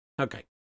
Okay